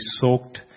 soaked